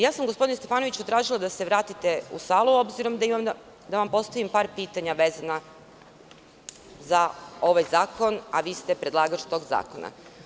Ja sam gospodine Stefanoviću, tražila da se vratite u salu, obzirom da imam da vam postavim par pitanja vezana za ovaj zakon, a vi ste predlagač tog zakona.